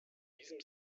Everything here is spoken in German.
diesem